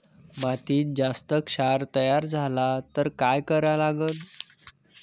मातीत जास्त क्षार तयार झाला तर काय करा लागन?